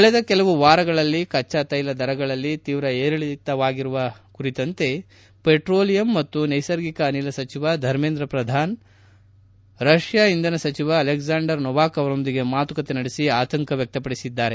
ಕಳೆದ ಕೆಲವು ವಾರಗಳಲ್ಲಿ ಕಚ್ಚಾಕೈಲ ದರಗಳಲ್ಲಿ ತೀವ್ರ ಏರಿಳಿತವಾಗುತ್ತಿರುವ ಕುರಿತಂತೆ ವೆಟ್ರೋಲಿಯಂ ಮತ್ತು ನೈಸರ್ಗಿಕ ಅನಿಲ ಸಚಿವ ಧರ್ಮೇಂದ್ರ ಪ್ರಧಾನ್ ರಷ್ಣಾ ಇಂಧನ ಸಚಿವ ಅಲೆಕ್ಸಾಂಡರ್ ನೋವಾಕ್ ಅವರೊಂದಿಗೆ ಮಾತುಕತೆ ನಡೆಸಿ ಆತಂಕ ವ್ಯಕ್ತವಡಿಸಿದ್ದಾರೆ